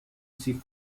sie